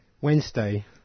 Wednesday